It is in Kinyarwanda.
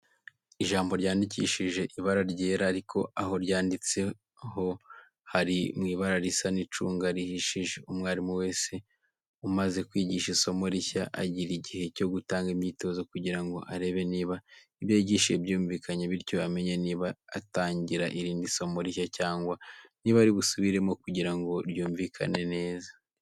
Ijambo ryandikishije ibara ryera ariko aho ryanditseho hari mu ibara risa n'icunga rihishije. Umwarimu wese umaze kwigisha isomo rishya agira igihe cyo gutanga imyitozo kugira ngo arebe niba ibyo yigishije byumvikanye, bityo amenye niba atangira irindi somo rishya cyangwa niba ari busubiremo kugira ngo ryumvikane neza.